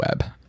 web